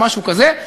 משהו כזה,